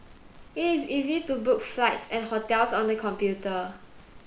it is easy to book flights and hotels on the computer